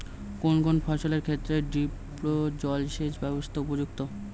কোন কোন ফসলের ক্ষেত্রে ড্রিপ জলসেচ ব্যবস্থা উপযুক্ত?